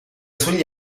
sugli